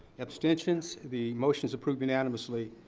abstentions. the motion's approved unanimously.